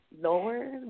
lower